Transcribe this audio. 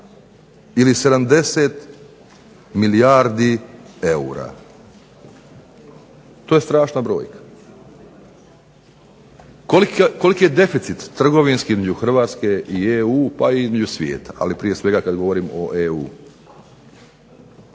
ili 70 milijardi eura. To je strašna brojka? Koliki je deficit trgovinski između Hrvatske i EU i između svijeta, ali prije svega kada govorimo o EU.